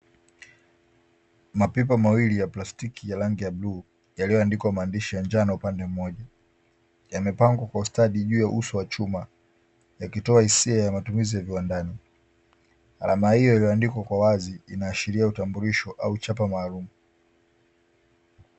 Mapipa mawili ya plastiki ya rangi ya bluu, yaliyoandikwa maandishi ya njano upande mmoja yamepangwa kwa ustadi juu ya uso wa chuma ikitoa hisia ya matumizi ya viwandani, alama hiyo iliyoandikwa kwa wazi inaashiria utambulisho au chapa maalumu.